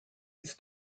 his